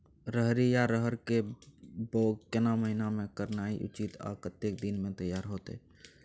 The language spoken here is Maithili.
रहरि या रहर के बौग केना महीना में करनाई उचित आ कतेक दिन में तैयार होतय?